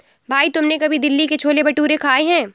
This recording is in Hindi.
भाई तुमने कभी दिल्ली के छोले भटूरे खाए हैं?